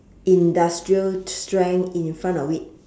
industrial strength in front of it